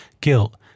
guilt